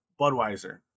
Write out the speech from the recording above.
Budweiser